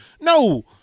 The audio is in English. no